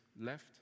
left